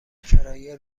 کرایه